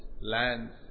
Lands